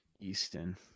Easton